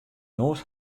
noas